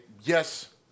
yes